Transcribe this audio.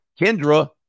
Kendra